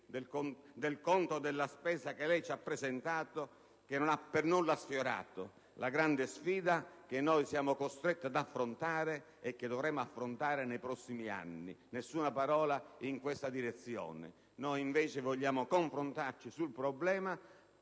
del conto della spesa che lei ci ha presentato - e non ha per nulla sfiorato la grande sfida che siamo costretti ad affrontare e che dovremo affrontare nei prossimi anni; nessuna parola in questa direzione. Noi invece vogliamo confrontarci sul problema